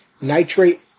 nitrate